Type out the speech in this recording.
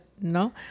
no